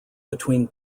between